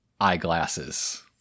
eyeglasses